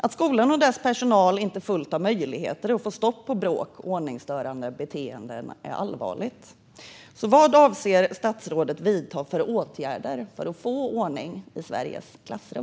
Att skolan och dess personal inte har full möjlighet att få stopp på bråk och ordningsstörande beteenden är allvarligt. Vad avser statsrådet att vidta för åtgärder för att få ordning i Sveriges klassrum?